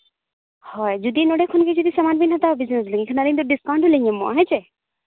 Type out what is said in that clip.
ᱦᱳᱭ ᱡᱩᱫᱤ ᱱᱚᱰᱮ ᱠᱷᱚᱱ ᱜᱮ ᱡᱩᱫᱤ ᱥᱟᱢᱟᱱ ᱵᱮᱱ ᱦᱟᱛᱟᱣ ᱵᱩᱡᱷᱟᱹᱣ ᱮᱱᱠᱷᱟᱱ ᱟᱹᱞᱤᱧ ᱫᱚ ᱰᱤᱥᱠᱟᱣᱩᱱᱴ ᱞᱤᱧ ᱮᱢᱚᱜᱼᱟ ᱦᱳᱭ ᱥᱮ